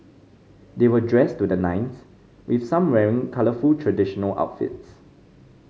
they were dressed to the nines with some wearing colourful traditional outfits